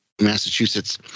Massachusetts